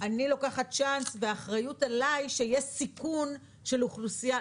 שאני לוקחת צ'אנס והאחריות עליי שיהיה סיכון של אוכלוסייה?